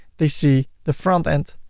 they see the front end.